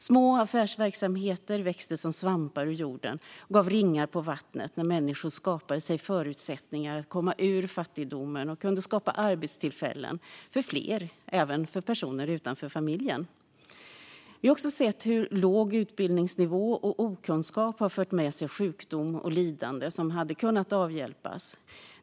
Små affärsverksamheter växte som svampar ur jorden och gav ringar på vattnet. Människor skapade sig förutsättningar att komma ur fattigdomen och kunde skapa arbetstillfällen för fler, även för personer utanför familjen. Vi har också sett hur låg utbildningsnivå och okunskap fört med sig sjukdom och lidande som hade kunnat avhjälpas.